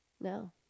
no